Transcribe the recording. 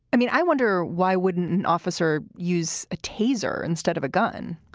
i mean, i wonder, why wouldn't an officer use a taser instead of a gun?